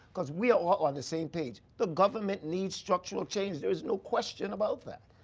because we are all on the same page. the government needs structural change. there is no question about that.